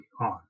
on